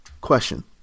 Question